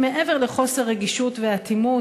מעבר לחוסר רגישות ואטימות,